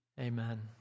Amen